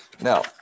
Now